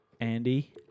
Andy